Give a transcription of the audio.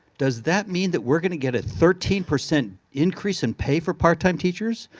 does that mean that we're going get a thirteen percent increase in pay for part time teachers?